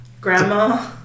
Grandma